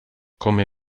come